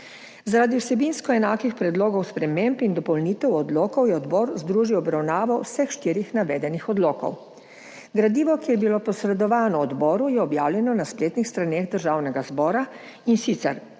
Zaradi vsebinsko enakih predlogov sprememb in dopolnitev odlokov je odbor združil obravnavo vseh štirih navedenih odlokov. Gradivo, ki je bilo posredovano odboru, je objavljeno na spletnih straneh Državnega zbora, in sicer